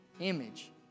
image